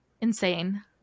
Insane